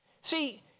See